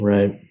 Right